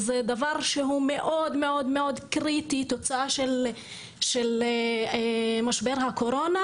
זה דבר מאוד קריטי, תוצאה של משבר הקורונה.